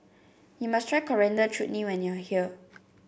you must try Coriander Chutney when you are here